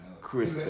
Chris